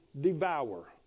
devour